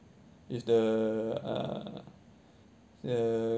with the uh the